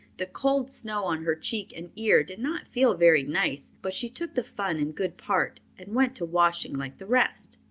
the cold snow on her cheek and ear did not feel very nice, but she took the fun in good part and went to washing like the rest.